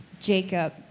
Jacob